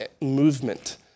movement